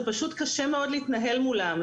זה פשוט קשה מאוד להתנהל מולם,